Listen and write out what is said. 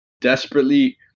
desperately